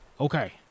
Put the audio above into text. Okay